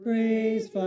Praise